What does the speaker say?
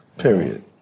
Period